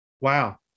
Wow